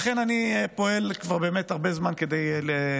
לכן אני פועל כבר באמת הרבה זמן כדי להקים